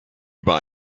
über